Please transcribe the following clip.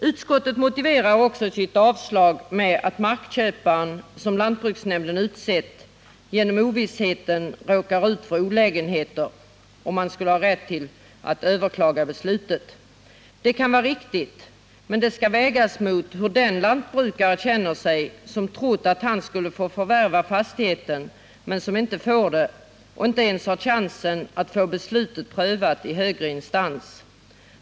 Utskottet motiverar också ett avslag med att markköparen, som lantbruksnämnden utsett, genom ovissheten råkar ut för olägenheter om han skulle ha rätt att överklaga beslutet. Det kan vara riktigt, men det skall vägas mot hur den lantbrukare känner sig som har trott att han skulle få förvärva fastigheten men som inte får det och inte ens har chansen att få beslutet prövat i högre instans.